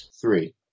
Three